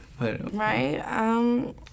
Right